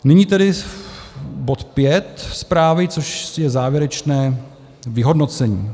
Nyní tedy bod V zprávy, což je závěrečné vyhodnocení.